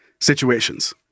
situations